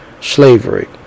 slavery